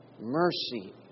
Mercy